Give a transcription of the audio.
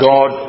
God